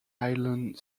island